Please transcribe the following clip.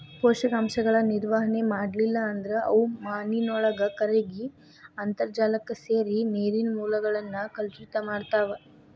ಪೋಷಕಾಂಶಗಳ ನಿರ್ವಹಣೆ ಮಾಡ್ಲಿಲ್ಲ ಅಂದ್ರ ಅವು ಮಾನಿನೊಳಗ ಕರಗಿ ಅಂತರ್ಜಾಲಕ್ಕ ಸೇರಿ ನೇರಿನ ಮೂಲಗಳನ್ನ ಕಲುಷಿತ ಮಾಡ್ತಾವ